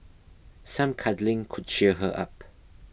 some cuddling could cheer her up